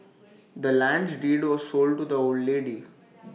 the land's deed was sold to the old lady